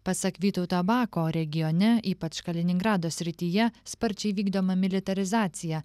pasak vytauto bako regione ypač kaliningrado srityje sparčiai vykdoma militarizacija